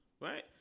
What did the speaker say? right